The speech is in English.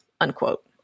unquote